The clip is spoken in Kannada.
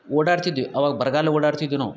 ಓಡಾಡ್ತಿದ್ವಿ ಅವಾಗ ಬರಿಗಾಲಲ್ಲಿ ಓಡಾಡ್ತಿದ್ವಿ ನಾವು